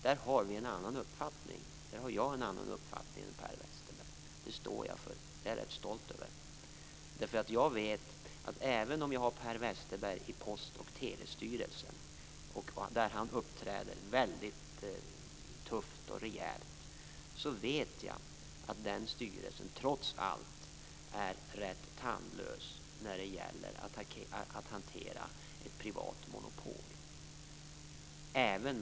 Där har jag en annan uppfattning än Per Westerberg, och det står jag för. Det är jag rätt stolt över. Jag vet nämligen att även om Per Westerberg sitter i Post och telestyrelsen, där han uppträder väldigt tufft och rejält, är den styrelsen trots allt rätt tandlös när det gäller att hantera ett privat monopol.